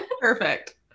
Perfect